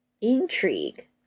intrigue